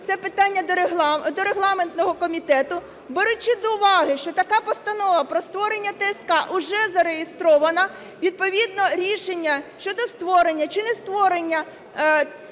це питання до регламентного комітету, беручи до уваги, що така постанова про створення ТСК уже зареєстрована, відповідно рішення щодо створення чи нестворення цієї